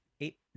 eight